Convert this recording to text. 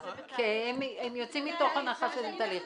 הם יוצאים מתוך הנחה שזה תהליך.